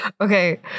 okay